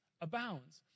abounds